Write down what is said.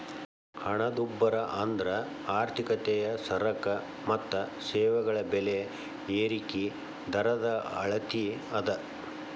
ಹಣದುಬ್ಬರ ಅಂದ್ರ ಆರ್ಥಿಕತೆಯ ಸರಕ ಮತ್ತ ಸೇವೆಗಳ ಬೆಲೆ ಏರಿಕಿ ದರದ ಅಳತಿ ಅದ